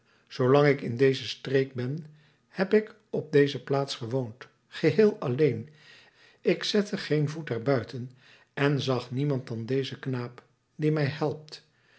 zoolang ik in deze streek ben heb ik op deze plaats gewoond geheel alleen ik zette geen voet er buiten en zag niemand dan dezen knaap die mij helpt